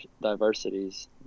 diversities